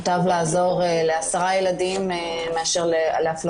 מוטב לעזור לעשרה ילדים מאשר לאף אחד